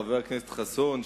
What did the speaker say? חבר הכנסת חסון,